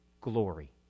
glory